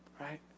right